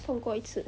中过一次